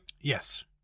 Yes